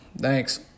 Thanks